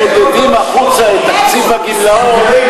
החוצה את תקציב הגמלאות,